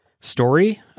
story